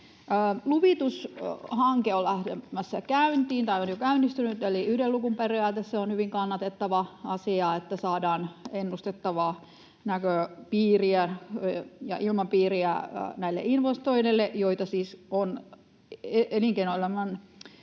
Luvitushanke on lähtemässä käyntiin tai on jo käynnistynyt, eli yhden luukun periaate. Se on hyvin kannatettava asia, että saadaan ennustettavaa näköpiiriä ja ilmapiiriä näille investoinneille, joita siis on elinkeinoelämän,